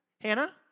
Hannah